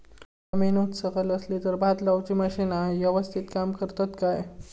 जमीन उच सकल असली तर भात लाऊची मशीना यवस्तीत काम करतत काय?